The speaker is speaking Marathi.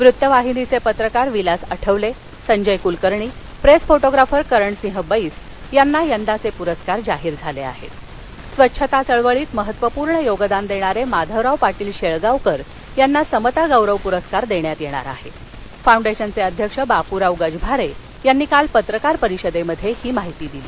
वृत्तवाहिनीच पित्रकार विलास आठवल संजय कुलकर्णी प्रस्ताफोटोग्राफर करणसिंह बैस यांना यंदाच पुरस्कार जाहीर झाल आह स्वच्छता चळवळीत महत्वपूर्ण योगदान दर्मार माधवराव पाटील शछ्यावकर यांना समता गौरव पुरस्कार दख्यात यप्तर आह फाऊंडश्रजचअध्यक्ष बापूराव गजभारग्रांनी पत्रकार परिषदत्तिही माहिती दिली